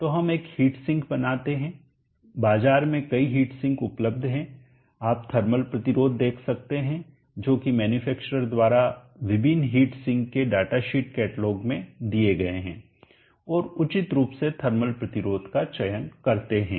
तो हम एक हीट सिंक बनाते हैं बाजार में कई हीट सिंक उपलब्ध हैं आप थर्मल प्रतिरोध देख सकते हैं जो कि मैन्युफैक्चरर्स द्वारा विभिन्न हीट सिंक के डेटा शीट कैटलॉग में दिए गए हैं और उचित रूप से थर्मल प्रतिरोध का चयन करते हैं